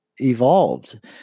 evolved